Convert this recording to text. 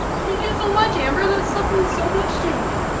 thank you so much, amber! that stuff means so much to me!